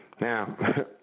Now